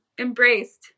embraced